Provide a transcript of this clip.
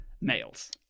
males